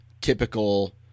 typical